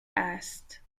است